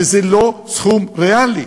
שזה לא סכום ריאלי.